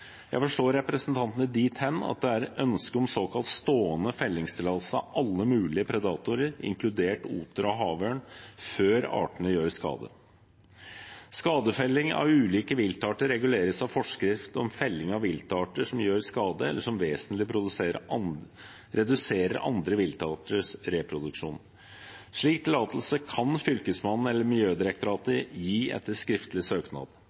Jeg forstår representantene dit hen at det er ønske om såkalt stående fellingstillatelse av alle mulige predatorer, inkludert oter og havørn, før artene gjør skade. Skadefelling av ulike viltarter reguleres av forskrift om felling av viltarter som gjør skade eller som vesentlig reduserer andre viltarters reproduksjon. Slik tillatelse kan Fylkesmannen eller Miljødirektoratet gi etter skriftlig søknad.